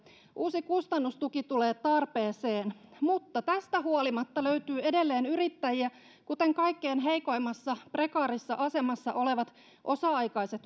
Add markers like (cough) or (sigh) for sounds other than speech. uusi kustannustuki tulee tarpeeseen mutta tästä huolimatta löytyy edelleen yrittäjiä kuten kaikkein heikoimmassa prekaarissa asemassa olevat osa aikaiset (unintelligible)